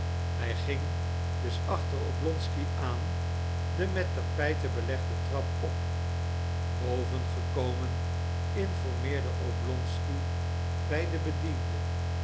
hij ging dus achter oblonsky aan de met tapijten belegde trap op boven gekomen informeerde oblonsky bij den bediende